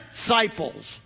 disciples